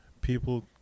People